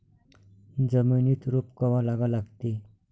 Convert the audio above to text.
जमिनीत रोप कवा लागा लागते?